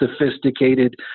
sophisticated